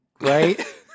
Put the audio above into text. right